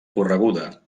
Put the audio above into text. correguda